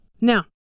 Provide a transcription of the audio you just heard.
Now